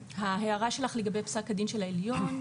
ההערה שלך לגבי פסק הדין של העליון,